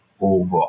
over